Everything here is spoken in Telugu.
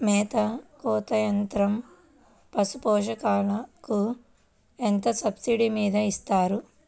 మేత కోత యంత్రం పశుపోషకాలకు ఎంత సబ్సిడీ మీద ఇస్తారు?